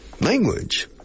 Language